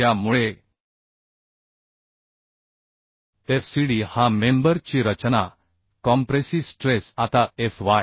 त्यामुळे fcd हा member ची रचना कंप्रेसिव्ह स्ट्रेस आता Fy